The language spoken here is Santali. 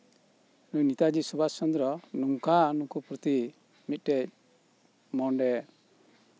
ᱱᱩᱭ ᱱᱮᱛᱟᱡᱤ ᱥᱩᱵᱷᱟᱥ ᱪᱚᱱᱫᱽᱨᱚ ᱱᱚᱝᱠᱟ ᱱᱩᱠᱩ ᱯᱨᱚᱛᱤ ᱢᱤᱫᱴᱮᱱ ᱢᱚᱱᱨᱮ